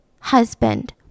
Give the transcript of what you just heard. husband